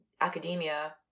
academia